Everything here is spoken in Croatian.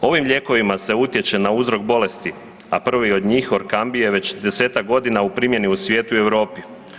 Ovim lijekovima se utječe na uzrok bolesti, a prvi od njih, Orkambi je već desetak godina u primjeni u svijetu i Europi.